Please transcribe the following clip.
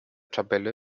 tabelle